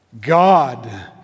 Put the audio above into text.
God